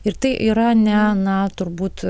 ir tai yra ne na turbūt